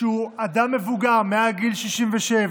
שהוא אדם מבוגר מעל גיל 67,